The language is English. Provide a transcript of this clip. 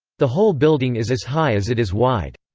the whole building is as high as it is wide.